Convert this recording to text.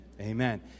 Amen